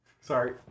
sorry